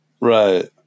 Right